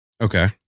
Okay